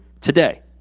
today